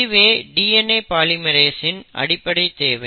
இதுவே DNA polymerase இன் அடிப்படை தேவை